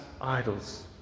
idols